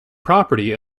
property